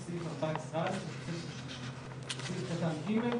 שנה בשלטון מקומי,